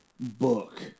book